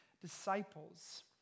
disciples